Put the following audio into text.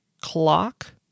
clock